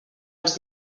els